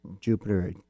Jupiter